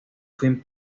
fin